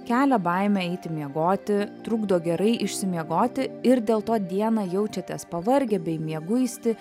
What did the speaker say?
kelia baimę eiti miegoti trukdo gerai išsimiegoti ir dėl to dieną jaučiatės pavargę bei mieguisti